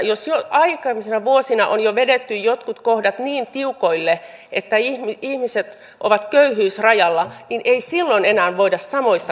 jos aikaisempina vuosina on jo vedetty jotkut kohdat niin tiukoille että ihmiset ovat köyhyysrajalla niin ei silloin enää voida samoista kohdista leikata